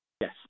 Yes